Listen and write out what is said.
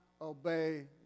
obey